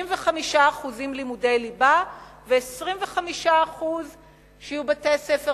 75% לימודי ליבה ו-25% שיהיו בתי-ספר